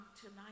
tonight